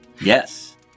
Yes